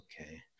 okay